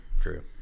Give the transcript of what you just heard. true